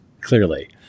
Clearly